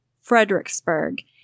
Fredericksburg